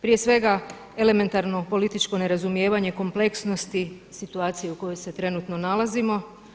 Prije svega elementarno političko nerazumijevanje kompleksnosti situacije u kojoj se trenutno nalazimo.